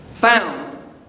found